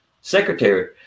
secretary